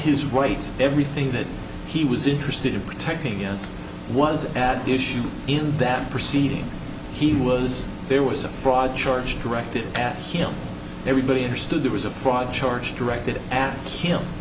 his rights everything that he was interested in protecting against was at issue in that perceiving he was there was a fraud charge directed at him everybody understood there was a fraud charge directed at him